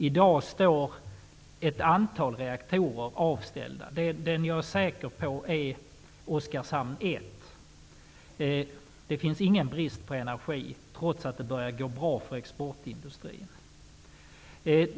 I dag är ett antal reaktorer avställda. Jag är säker på att en av dem är Oskarshamn 1. Det finns ingen brist på energi, trots att det börjar gå bra för exportindustrin.